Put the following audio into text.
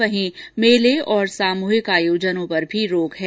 वहीं मेले और सामूहिक आयोजनों पर भी रोक है